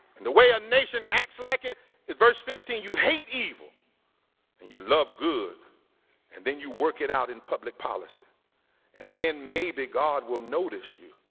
and the way a nation acts like it is verse fifteen, you hate evil and you love good and then you work it out in public policy and then maybe god will notice you.